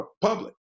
public